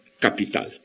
Capital